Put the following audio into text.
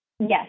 Yes